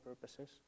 purposes